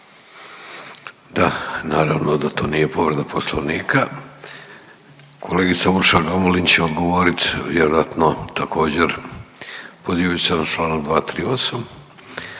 Da, naravno da to nije povreda poslovnika. Kolegica Urša Gamulin će odgovorit vjerojatno također pozivajuć se na čl.